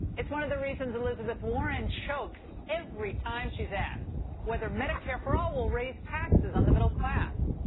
it's one of the reasons elizabeth warren choked every time she is asked whether medicare for all will raise taxes on the middle class.